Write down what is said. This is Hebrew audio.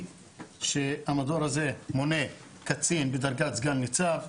שהמדור הזה מונה קצין בדרגת סגן ניצב,